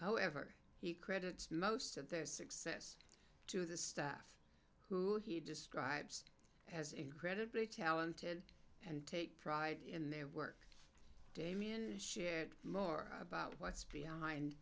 however he credits most of their success to the staff who he describes as incredibly talented and take pride in their work damien shared more about what's behind